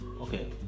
Okay